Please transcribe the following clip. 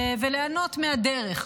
וליהנות מהדרך,